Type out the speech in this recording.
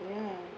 ya